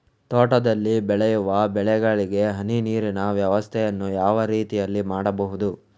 ತೋಟದಲ್ಲಿ ಬೆಳೆಯುವ ಬೆಳೆಗಳಿಗೆ ಹನಿ ನೀರಿನ ವ್ಯವಸ್ಥೆಯನ್ನು ಯಾವ ರೀತಿಯಲ್ಲಿ ಮಾಡ್ಬಹುದು?